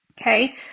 Okay